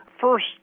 First